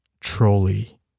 trolley